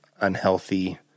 unhealthy